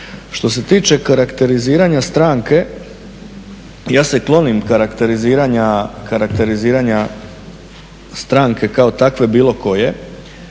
Što se tiče karakteriziranja stranke ja se klonim karakteriziranja stranke kao takve bilo koje.